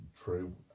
true